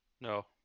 No